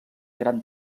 gran